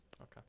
Okay